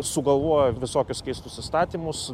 sugalvoja visokius keistus įstatymus